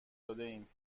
دادهایم